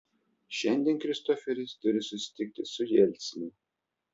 šiandien kristoferis turi susitikti su jelcinu